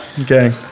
Okay